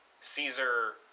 Caesar